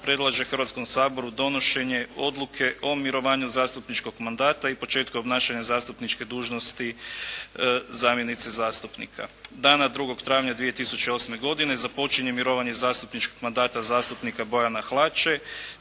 predlaže Hrvatskom saboru donošenje Odluke o mirovanju zastupničkog mandata i početku obnašanja zastupničke dužnosti zamjenice zastupnika. Dana 2. travnja 2008. godine započinje mirovanje zastupničkog mandata zastupnika Bojana Hlače.